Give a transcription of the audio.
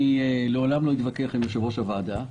אני לעולם לא אתווכח עם יושב-ראש הוועדה,